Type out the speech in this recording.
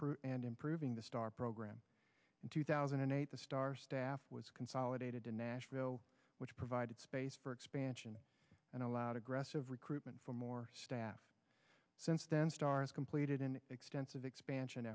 improve and improving the star program in two thousand and eight the star staff was consolidated in nashville which provided space for expansion and allowed aggressive recruitment for more staff since then stars completed an extensive expansion